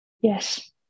Yes